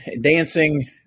dancing